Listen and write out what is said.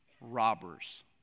robbers